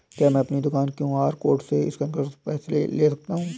क्या मैं अपनी दुकान में क्यू.आर कोड से स्कैन करके पैसे ले सकता हूँ?